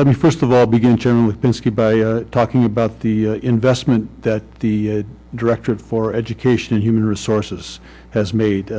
let me first of all begin talking about the investment that the director for education human resources has made